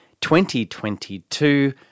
2022